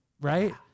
right